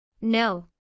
No